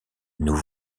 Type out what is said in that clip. nous